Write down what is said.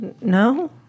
No